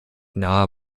nahe